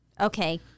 okay